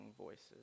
voices